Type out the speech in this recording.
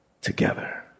together